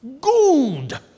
good